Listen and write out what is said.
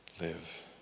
live